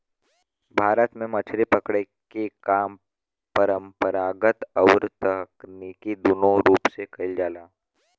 भारत में मछरी पकड़े के काम परंपरागत अउरी तकनीकी दूनो रूप से कईल जाला